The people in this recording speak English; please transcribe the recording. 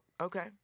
okay